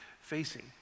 facing